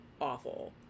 awful